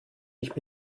ich